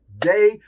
Day